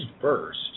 first